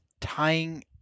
tying